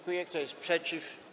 Kto jest przeciw?